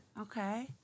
Okay